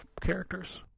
characters